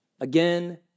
again